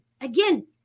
Again